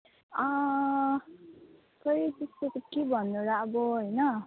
खै त्यस्तो त के भन्नु र अब होइन